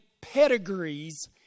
pedigrees